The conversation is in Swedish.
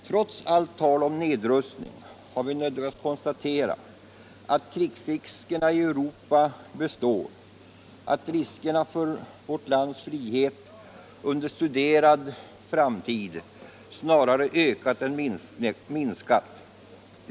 Trots allt tal om nedrustning har vi nödgats konstatera att krigsriskerna i Europa består, att riskerna för vårt lands frihet under studerad framtid snarare ökat än minskat.